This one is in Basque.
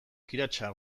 kiratsa